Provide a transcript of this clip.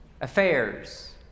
affairs